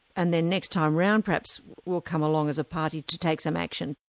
and then next time round perhaps we'll come along as a party to take some action.